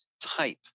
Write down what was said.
type